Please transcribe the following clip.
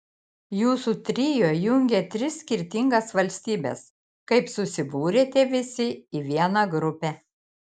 jūsų trio jungia tris skirtingas valstybes kaip susibūrėte visi į vieną grupę